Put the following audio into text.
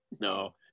No